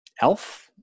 Elf